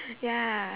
ya